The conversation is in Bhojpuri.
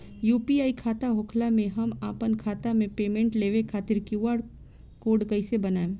यू.पी.आई खाता होखला मे हम आपन खाता मे पेमेंट लेवे खातिर क्यू.आर कोड कइसे बनाएम?